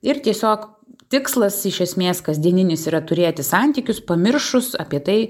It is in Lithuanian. ir tiesiog tikslas iš esmės kasdieninis yra turėti santykius pamiršus apie tai